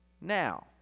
now